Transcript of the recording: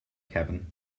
kevin